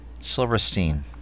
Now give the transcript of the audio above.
Silverstein